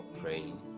praying